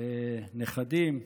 נכדים,